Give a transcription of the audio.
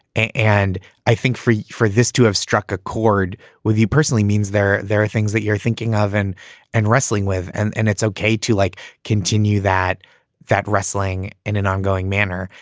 and i think for for this to have struck a chord with you personally means there. there are things that you're thinking of and and wrestling with. and and it's ok to like continue that that wrestling in an ongoing manner.